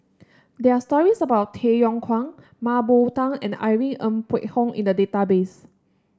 there are stories about Tay Yong Kwang Mah Bow Tan and Irene Ng Phek Hoong in the database